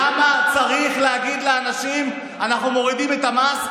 למה צריך להגיד לאנשים: אנחנו מורידים את המס,